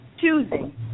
choosing